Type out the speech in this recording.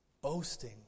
boasting